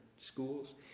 schools